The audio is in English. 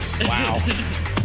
Wow